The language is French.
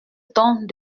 temps